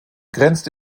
grenzt